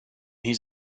his